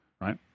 right